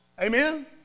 Amen